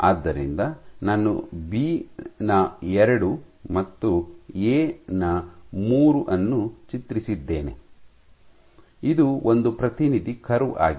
ಆದ್ದರಿಂದ ನಾನು ಬಿ ನ ಎರಡು ಮತ್ತು ಎ ನ ಮೂರು ಅನ್ನು ಚಿತ್ರಿಸಿದ್ದೇನೆ ಇದು ಒಂದು ಪ್ರತಿನಿಧಿ ಕರ್ವ್ ಆಗಿದೆ